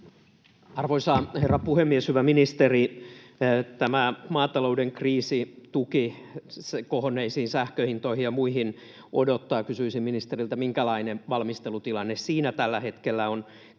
Arvoisa herra puhemies! Hyvä ministeri! Tämä maatalouden kriisituki kohonneisiin sähkönhintoihin ja muihin odottaa. Kysyisin ministeriltä: minkälainen valmistelutilanne siinä tällä hetkellä on?